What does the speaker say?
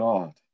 God